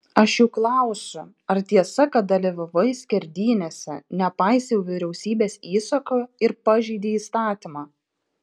aš juk klausiu ar tiesa kad dalyvavai skerdynėse nepaisei vyriausybės įsako ir pažeidei įstatymą